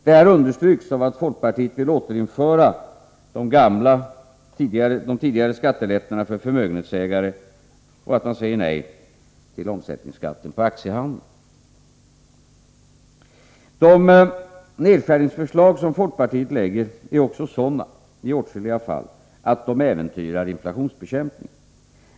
Detta understryks av att folkpartiet vill återinföra tidigare skattelättnader för förmögenhetsägare och att man säger nej till omsättningsskatt på aktiehandel. De nedskärningsförslag som folkpartiet framlägger är i åtskilliga fall också sådana att de äventyrar inflationsbekämpningen.